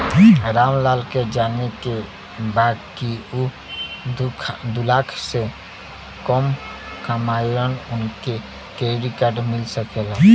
राम लाल के जाने के बा की ऊ दूलाख से कम कमायेन उनका के क्रेडिट कार्ड मिल सके ला?